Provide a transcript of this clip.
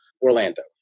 Orlando